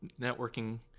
networking